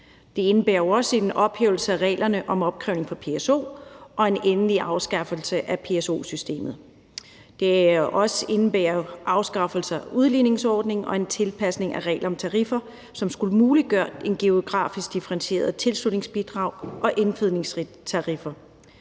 Det indebærer også en ophævelse af reglerne om opkrævning af PSO og en endelig afskaffelse af PSO-systemet. Det indebærer også afskaffelse af udligningsordningen og en tilpasning af reglerne om tariffer, som skulle muliggøre et geografisk differentieret tilslutningsbidrag og indfødningstariffer.